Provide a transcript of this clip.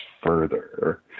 further